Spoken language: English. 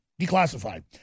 declassified